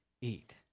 eat